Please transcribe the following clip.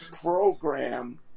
program